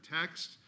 text